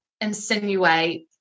insinuate